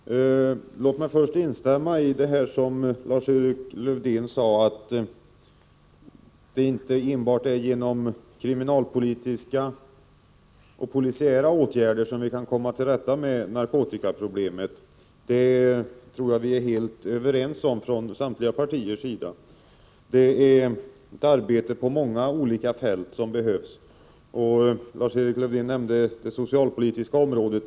Herr talman! Låt mig först instämma i det som Lars-Erik Lövdén sade, att det inte enbart är genom kriminalpolitiska och polisiära åtgärder som vi kan komma till rätta med narkotikaproblemet. Det tror jag att vi är helt överens om från samtliga partier. Det behövs ett arbete på många olika fält. Lars-Erik Lövdén nämnde det socialpolitiska området.